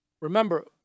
remember